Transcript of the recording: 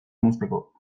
mozteko